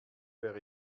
wäre